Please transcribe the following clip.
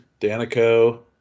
Danico